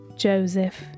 Joseph